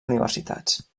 universitats